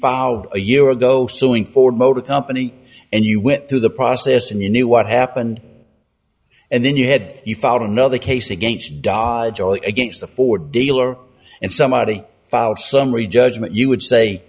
fouled a year ago suing ford motor company and you went through the process and you knew what happened and then you had you found another case against di against a ford dealer and somebody filed summary judgment you would say